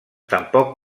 tampoc